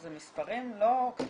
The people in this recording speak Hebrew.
אלה מספרים לא קטנים.